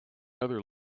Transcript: other